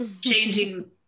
changing